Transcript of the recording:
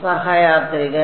സഹയാത്രികൻ